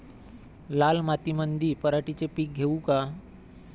लाल मातीमंदी पराटीचे पीक घेऊ का?